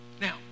Now